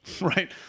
right